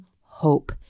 hope